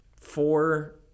Four